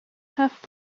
half